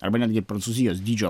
arba netgi prancūzijos dydžio